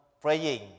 praying